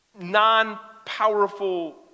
non-powerful